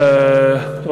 תודה,